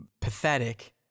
pathetic